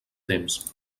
temps